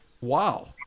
Wow